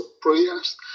prayers